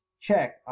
check